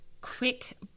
quick